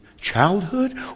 childhood